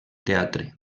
teatre